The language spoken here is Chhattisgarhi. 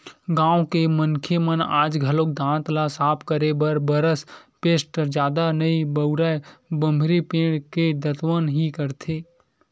गाँव के मनसे मन आज घलोक दांत ल साफ करे बर बरस पेस्ट जादा नइ बउरय बमरी पेड़ के दतवन ही करथे